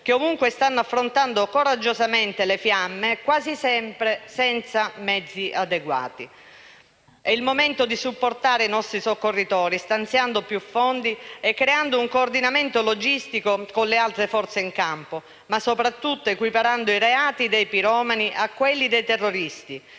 che ovunque stanno affrontando coraggiosamente le fiamme, quasi sempre senza mezzi adeguati. È il momento di supportare i nostri soccorritori, stanziando più fondi e creando un coordinamento logistico con le altre forze in campo, ma soprattutto equiparando i reati dei piromani a quelli dei terroristi.